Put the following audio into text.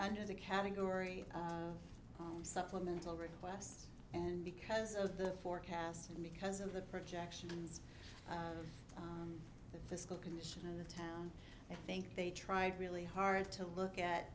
under the category of supplemental requests and because of the forecast and because of the projections of the fiscal condition of the town i think they tried really hard to look at